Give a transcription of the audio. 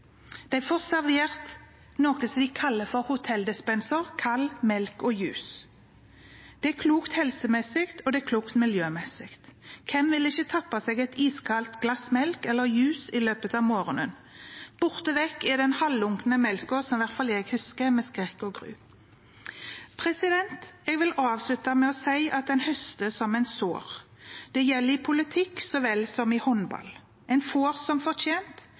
De får servert – fra noe de kaller for hotelldispenser – kald melk og juice. Det er klokt helsemessig, og det er klokt miljømessig. Hvem vil ikke tappe seg et glass iskald melk eller juice i løpet av morgenen? Borte vekk er den halvlunkne melka som i hvert fall jeg husker med skrekk og gru. Jeg vil avslutte med å si at en høster som en sår. Det gjelder i politikk så vel som i håndball. En får som fortjent,